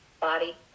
body